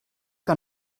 que